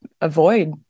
avoid